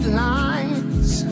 lines